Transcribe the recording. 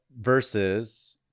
versus